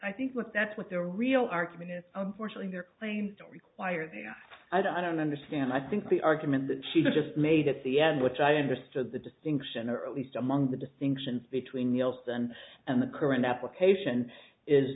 i think what that's what their real argument is unfortunately their claims don't require they have i don't understand i think the argument that she just made at the end which i understood the distinction or at least among the distinctions between nielsen and the current application is